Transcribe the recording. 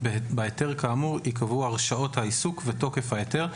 בהיתר כאמור ייקבעו הרשאות העיסוק ותוקף ההיתר,